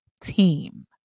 team